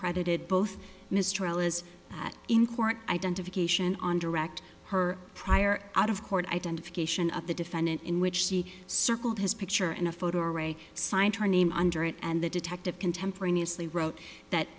credited both mr ellis in court identification on direct her prior out of court identification of the defendant in which she circled his picture and a photo array signed her name under it and the detective contemporaneously wrote that